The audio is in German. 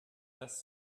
das